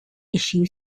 issue